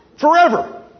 Forever